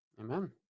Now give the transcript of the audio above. Amen